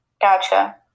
Gotcha